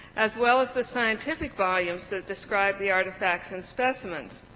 as well as the scientific volumes that describe the artifacts and specimens.